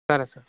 సరే సార్